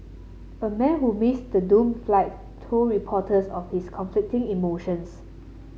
a man who missed the doomed flight told reporters of his conflicting emotions